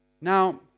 Now